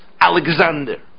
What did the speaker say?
Alexander